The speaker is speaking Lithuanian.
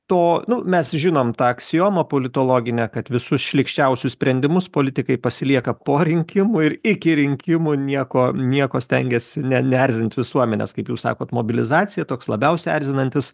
to nu mes žinom tą aksiomą politologinę kad visus šlykščiausius sprendimus politikai pasilieka po rinkimų ir iki rinkimų nieko nieko stengiasi ne ne erzint visuomenės kaip jūs sakot mobilizacija toks labiausiai erzinantis